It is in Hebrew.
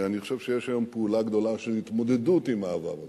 ואני חושב שיש היום פעולה גדולה של התמודדות עם העבר הזה,